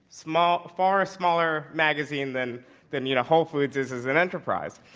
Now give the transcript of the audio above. small far smaller magazine than than, you know, hopefully this is an enterprise.